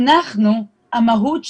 אנחנו המהות שלהם,